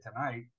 tonight